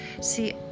See